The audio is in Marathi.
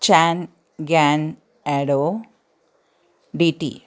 चॅनगॅन ॲडो डी टी